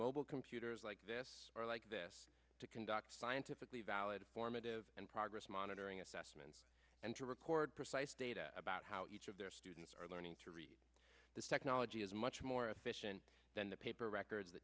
mobile computers like this to conduct scientifically valid formative and progress monitoring assessments and to record precise data about how each of their students are learning to read this technology is much more efficient than the paper records the